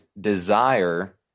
desire